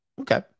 Okay